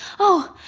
oh.